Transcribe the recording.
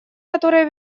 которая